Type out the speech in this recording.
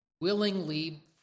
willingly